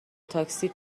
تاکسی